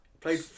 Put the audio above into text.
Played